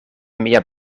mia